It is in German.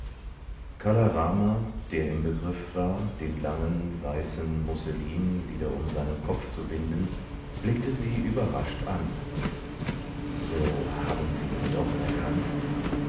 kala rama der im begriff war den langen weißen musselin wieder um seinen kopf zu winden blickte sie überrascht an so haben sie ihn doch erkannt